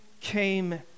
came